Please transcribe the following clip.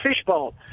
fishbowl